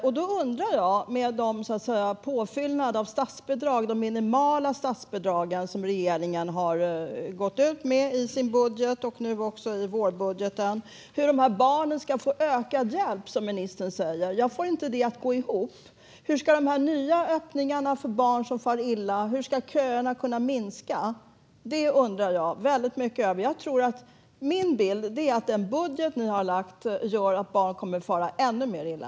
Med den minimala påfyllnad av statsbidragen regeringen har gått ut med i sin budget och i vårbudgeten undrar jag hur barnen ska få ökad hjälp. Jag får det inte att gå ihop. Hur ska de nya öppningarna för barn som far illa minska köerna? Min bild är att den budget ni har lagt fram gör att barn kommer att fara ännu mer illa.